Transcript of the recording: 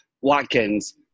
Watkins